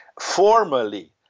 formally